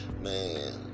Man